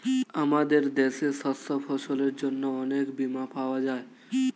আমাদের দেশে শস্য ফসলের জন্য অনেক বীমা পাওয়া যায়